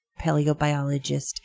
paleobiologist